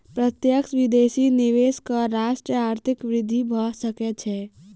प्रत्यक्ष विदेशी निवेश सॅ राष्ट्रक आर्थिक वृद्धि भ सकै छै